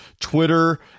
Twitter